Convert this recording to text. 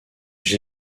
j’ai